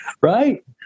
Right